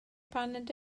paned